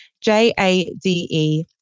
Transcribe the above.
J-A-D-E